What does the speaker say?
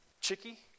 chicky